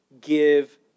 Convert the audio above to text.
give